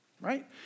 Right